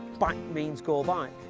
back means go back.